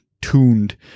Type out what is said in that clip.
tuned